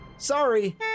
Sorry